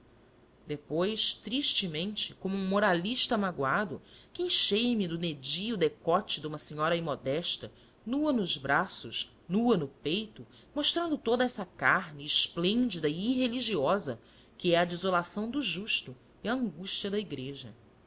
depois tristemente como um moralista magoado queixei me do nédio decote de uma senhora imodesta nua nos braços nua no peito mostrando toda essa carne esplêndida e irreligiosa que é a desolação do justo e a angústia da igreja